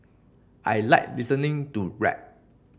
I like listening to rap